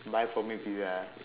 buy for me pizza hut